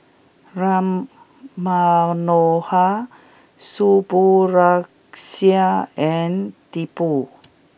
Ram Manohar Subbulakshmi and Tipu